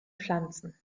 pflanzen